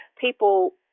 people